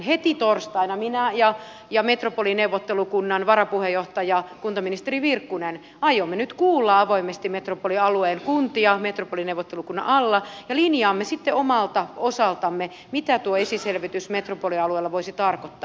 heti torstaina minä ja metropolineuvottelukunnan varapuheenjohtaja kuntaministeri virkkunen aiomme kuulla avoimesti metropolialueen kuntia metropolineuvottelukunnan alla ja linjaamme sitten omalta osaltamme mitä tuo esiselvitys metropolialueella voisi tarkoittaa